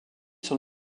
sont